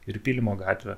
ir pylimo gatvė